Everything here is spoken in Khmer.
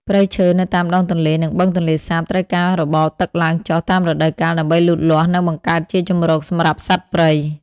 ព្រៃឈើនៅតាមដងទន្លេ និងបឹងទន្លេសាបត្រូវការរបបទឹកឡើងចុះតាមរដូវកាលដើម្បីលូតលាស់ និងបង្កើតជាជម្រកសម្រាប់សត្វព្រៃ។